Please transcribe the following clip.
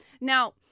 Now